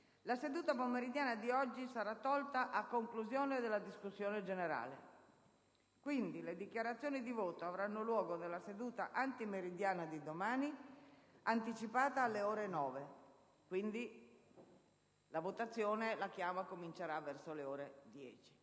la seduta pomeridiana di oggi sarà tolta a conclusione della discussione generale. Le dichiarazioni di voto avranno luogo nella seduta antimeridiana di domani, anticipata alle ore 9. Seguirà quindi la chiama sulla fiducia, che